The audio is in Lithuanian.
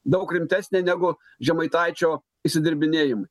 daug rimtesnė negu žemaitaičio išsidirbinėjim